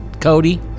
Cody